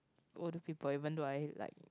older people even though I like